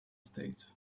states